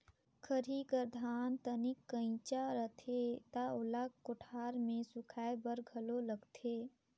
खरही कर धान तनिक कइंचा रथे त ओला कोठार मे सुखाए बर घलो लगथे